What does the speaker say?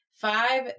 Five